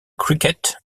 cricket